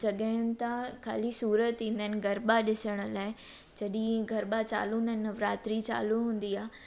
जॻहियुनि तां खाली सूरत ईंदा आहिनि गरबा ॾिसण लाइ जॾहिं गरबा चालू हूंदा आहिनि नवरात्री चालू हूंदी आहे